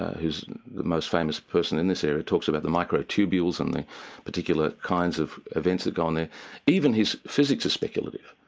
the most famous person in this area, talks about the microtubules and the particular kinds of events that go on there even his physics is speculative.